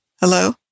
Hello